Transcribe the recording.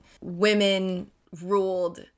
women-ruled